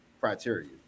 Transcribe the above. criteria